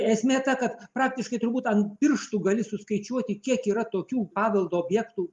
esmė ta kad praktiškai turbūt ant pirštų gali suskaičiuoti kiek yra tokių paveldo objektų